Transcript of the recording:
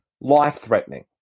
life-threatening